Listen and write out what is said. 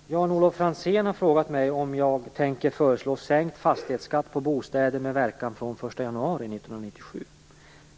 Fru talman! Jan-Olof Franzén har frågat mig om jag tänker föreslå sänkt fastighetsskatt på bostäder med verkan från den 1 januari 1997.